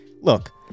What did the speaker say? Look